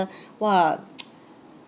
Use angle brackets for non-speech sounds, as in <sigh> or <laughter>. !wah! <noise>